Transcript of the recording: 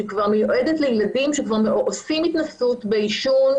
שמיועדת לילדים שכבר עושים התנסות בעישון